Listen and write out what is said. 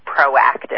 proactive